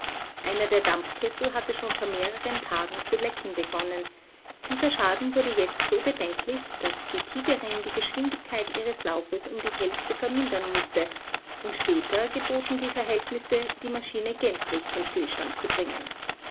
einer der dampfkessel hatte schon vor mehreren tagen zu lecken begonnen dieser schaden wurde jetzt so bedenklich daß die tigerin die geschwindigkeit ihres laufs um die hälfte vermindern mußte und später geboten die verhältnisse die maschine gänzlich zum stillstand zu bringen